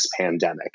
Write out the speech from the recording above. pandemic